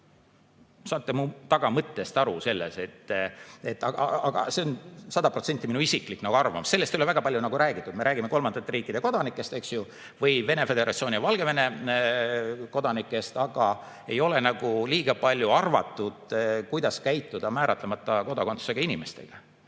Saate mu tagamõttest aru? Aga see on sada protsenti minu isiklik arvamus. Sellest ei ole väga palju räägitud. Me räägime kolmandate riikide kodanikest, eks ju, või Vene föderatsiooni ja Valgevene kodanikest. Aga ei ole eriti palju arutatud, kuidas käituda määratlemata kodakondsusega inimestega.